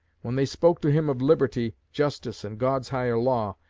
when they spoke to him of liberty, justice, and god's higher law,